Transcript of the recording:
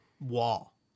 wall